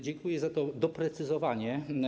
Dziękuję za to doprecyzowanie.